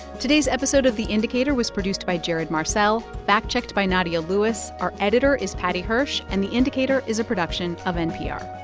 today's episode of the indicator was produced by jared marcelle, fact-checked by nadia lewis. our editor is paddy hirsch. and the indicator is a production of npr